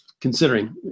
considering